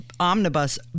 Omnibus